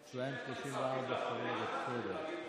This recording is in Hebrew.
אצלם 34 שרים זה בסדר.